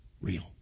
real